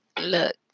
Look